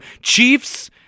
Chiefs